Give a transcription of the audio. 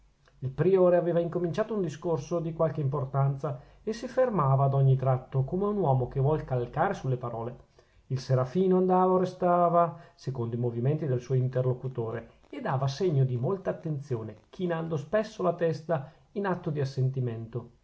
il priore aveva incominciato un discorso di qualche importanza e si fermava ad ogni tratto come un uomo che vuol calcare sulle parole il serafino andava o restava secondo i movimenti del suo interlocutore e dava segno di molta attenzione chinando spesso la testa in atto di assentimento